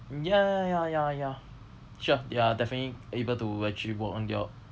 ya ya ya ya ya sure we are definitely able to actually walk on their